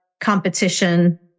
competition